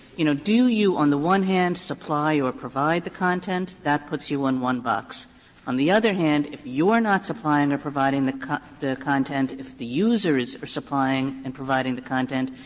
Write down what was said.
you know, do you on the one hand supply or provide the content, that puts you in one box on the other hand, if you are not supplying or providing the the content, if the user is supplying and providing the content,